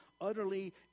utterly